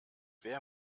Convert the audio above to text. wer